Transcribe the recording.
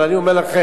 אבל אני אומר לכם: